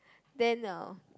then uh